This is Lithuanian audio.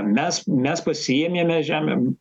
mes mes pasiėmėme žemę